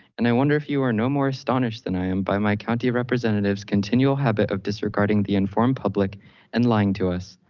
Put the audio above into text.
and i wonder if you are no more astonished than i am by my county representatives, continual habit of disregarding the informed public and lying to us.